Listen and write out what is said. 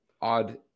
odd